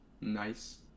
Nice